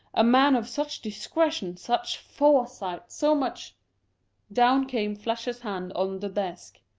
a man of such discretion, such foresight, so much down came fletcher's hand on the desk,